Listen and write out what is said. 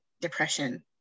depression